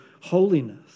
holiness